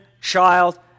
child